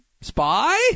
spy